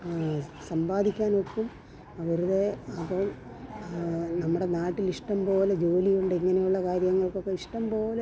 സമ്പാദിക്കാനൊക്കും അവരുടെ അപ്പോൾ നമ്മുടെ നാട്ടിൽ ഇഷ്ടം പോലെ ജോലിയുണ്ട് ഇങ്ങനെയുള്ള കാര്യങ്ങൾക്കൊക്കെ ഇഷ്ടം പോലെ